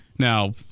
Now